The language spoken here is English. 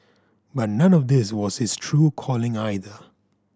but none of this was his true calling either